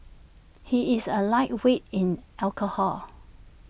he is A lightweight in alcohol